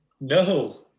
no